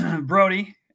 Brody